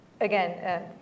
again